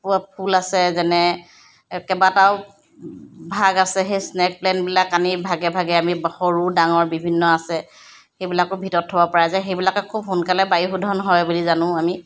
প ফুল আছে যেনে কেইবাটাও ভাগ আছে সেই স্নেক প্লেন্টবিলাক আনি ভাগে ভাগে আমি সৰু ডাঙৰ বিভিন্ন আছে সেইবিলাকো ভিতৰত থ'ব পৰা যায় সেইবিলাকে খুব সোনকালে বায়ু শোধন হয় বুলি জানোঁ আমি